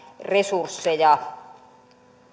resursseja